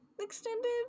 extended